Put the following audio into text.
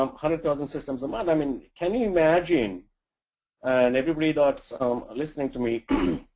um hundred thousand systems a month. i mean, can you imagine and everybody that's um listening to me.